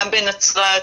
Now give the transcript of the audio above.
גם בנצרת,